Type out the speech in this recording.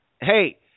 Hey